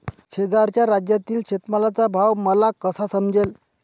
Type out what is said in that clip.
शेजारच्या राज्यातील शेतमालाचा भाव मला कसा समजेल?